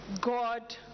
God